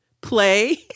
play